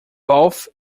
both